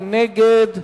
מי נגד?